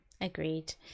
agreed